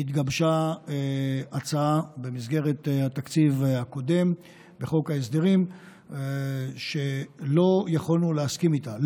התגבשה הצעה במסגרת התקציב הקודם בחוק ההסדרים שלא יכולנו להסכים איתה,